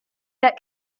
get